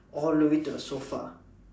all the way to the sofa